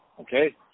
Okay